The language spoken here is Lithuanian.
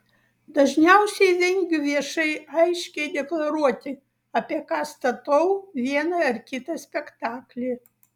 dažniausiai vengiu viešai aiškiai deklaruoti apie ką statau vieną ar kitą spektaklį